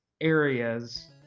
areas